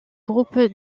groupe